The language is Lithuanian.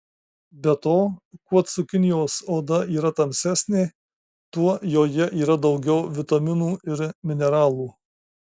be to kuo cukinijos oda yra tamsesnė tuo joje yra daugiau vitaminų ir mineralų